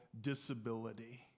disability